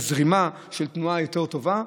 זרימה של תנועה יותר טובה,